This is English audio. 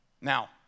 Now